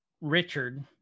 Richard